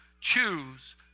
choose